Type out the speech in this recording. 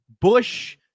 Bush